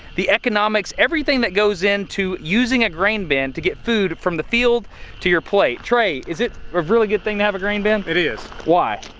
the economics, everything that goes into using a grain bin to get food from the field to your plate. trey, is it a really good thing to have a grain bin? it is. why?